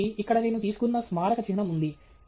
కాబట్టి ఇక్కడ నేను తీసుకున్న స్మారక చిహ్నం ఉంది